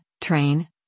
train